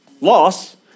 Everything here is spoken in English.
Loss